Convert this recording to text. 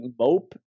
mope